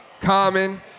Common